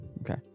Okay